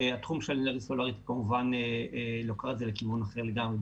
והתחום של אנרגיה סולארית לוקח את זה לכיוון אחרי לגמרי.